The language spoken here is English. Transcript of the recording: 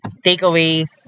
takeaways